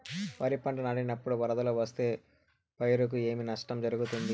వరిపంట నాటినపుడు వరదలు వస్తే పైరుకు ఏమి నష్టం జరుగుతుంది?